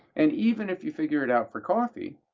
and even if you figure it out for coffee,